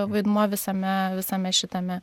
vaidmuo visame visame šitame